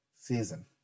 season